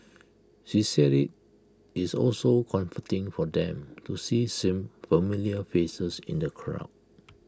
she said IT is also comforting for them to see familiar faces in the crowd